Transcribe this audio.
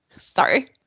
Sorry